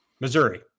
Missouri